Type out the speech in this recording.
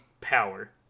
power